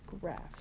graph